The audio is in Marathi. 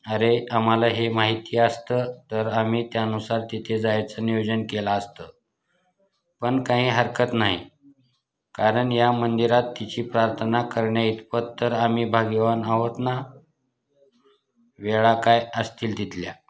अरे आम्हाला हे माहिती असतं तर आम्ही त्यानुसार तिथे जायचं नियोजन केलं असतं पण काही हरकत नाही कारण या मंदिरात तिची प्रार्थना करण्याइतपत तर आम्ही भाग्यवान आहोत ना वेळा काय असतील तिथल्या